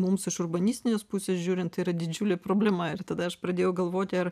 mums iš urbanistinės pusės žiūrin tai yra didžiulė problema ir tada aš pradėjau galvoti ar